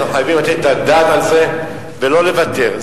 שאנחנו חייבים לתת את הדעת עליהם ולא לוותר.